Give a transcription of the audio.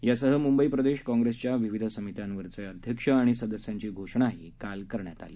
यासहमुंबईप्रदेशकाँप्रेसच्याविविधसमित्यांवरीलअध्यक्षआणिसदस्यांचीघोषणाहीकालकरण्यातआली